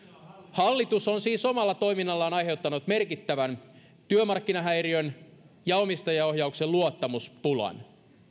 hallitus on siis omalla toiminnallaan aiheuttanut merkittävän työmarkkinahäiriön ja omistajaohjauksen luottamuspulan